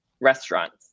Restaurants